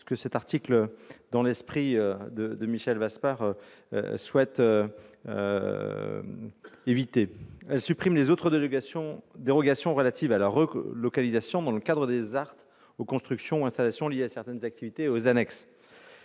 ce que cet article a vocation à éviter. Elle supprime les autres dérogations relatives à la relocalisation dans le cadre des ZART aux constructions et installations liées à certaines activités et aux annexes.